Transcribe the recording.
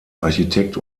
architekt